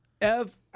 Ev